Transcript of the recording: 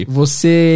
você